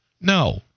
No